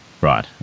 Right